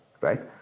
right